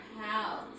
house